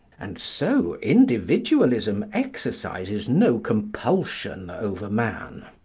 and so individualism exercises no compulsion over man.